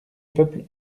peuple